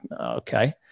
okay